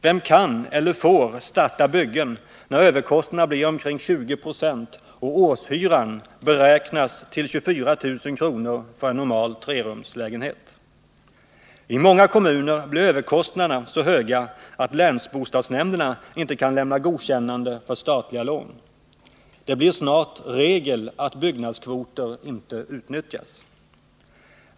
Vem kan eller får starta byggen, när överkostnaderna blir omkring 20 90 och årshyran beräknas till 24 000 kr. för en normal trerumslägenhet? I många kommuner blir överkostnaderna så höga att länsbostadsnämnderna inte kan lämna godkännande för statliga lån. Det blir snart regel att byggnadskvoter inte utnyttjas.